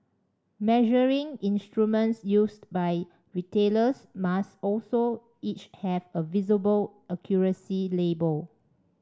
measuring instruments used by retailers must also each have a visible accuracy label